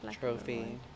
trophy